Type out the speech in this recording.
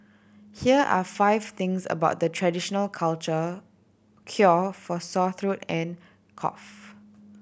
here are five things about the traditional culture cure for sore throat and cough